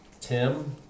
Tim